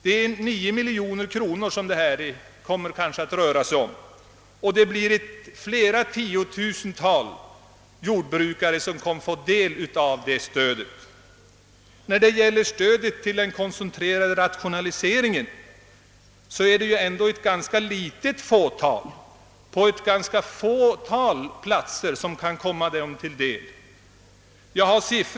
Det kommer att röra sig om ca 9 miljoner kronor, och det blir flera tiotusental jordbrukare som får del av detta stöd. När det gäller stödet till den koncentrerade rationaliseringen kan sägas att det ändå är ett ganska litet antal jordbruk på ett fåtal platser som kan komma i åtnjutande av detta stöd.